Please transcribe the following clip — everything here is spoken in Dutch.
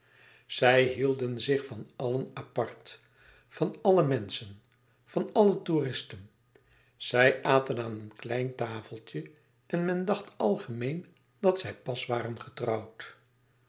zij hielden zich van allen apart van alle menschen van alle touristen zij aten aan een klein tafeltje en men dacht algemeen dat zij pas waren getrouwd